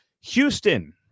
Houston